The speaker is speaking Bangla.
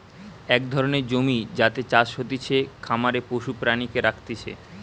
এক ধরণের জমি যাতে চাষ হতিছে, খামারে পশু প্রাণীকে রাখতিছে